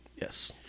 Yes